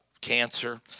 cancer